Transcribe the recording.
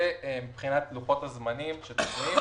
זה מבחינת לוחות הזמנים שצפויים.